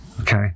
Okay